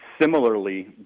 similarly